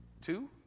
Two